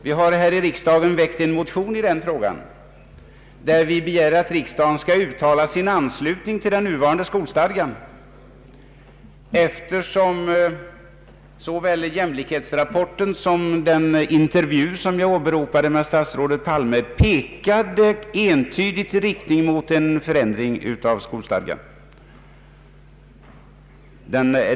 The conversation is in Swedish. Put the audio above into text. Vi har här i riksdagen väckt en motion där vi vill att riksdagen skall uttala sin anslutning till den nuvarande skolstadgan, eftersom såväl jämlikhetsrapporten som den intervju med statsrådet Palme som jag åberopade pekar entydigt i riktning mot en förändring av skolstadgan.